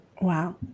Wow